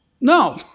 No